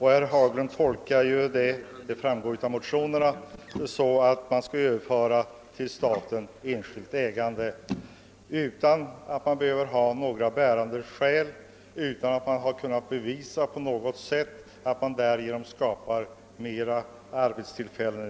Herr Haglund tolkar det så, att man skall överföra enskilt ägande till staten utan att härför ha några bärande skäl och utan att kunna bevisa att det därigenom skapas fler arbetstillfällen.